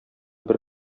бер